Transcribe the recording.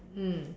mm